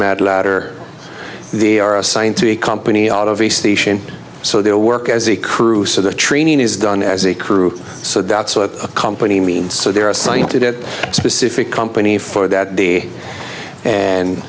mad ladder the are assigned to a company out of the station so they work as a crew so the training is done as a crew so that's what a company means so they're assigned to that specific company for that day and